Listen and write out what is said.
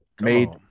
made